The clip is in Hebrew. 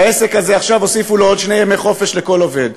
העסק הזה עכשיו הוסיפו לו עוד שני ימי חופש לכל עובד.